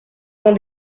dans